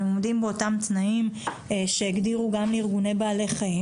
אם הם עומדים באותם תנאים שהגדירו גם לארגוני בעלי חיים,